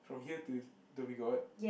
from here to Dhoby-Ghaut